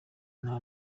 nta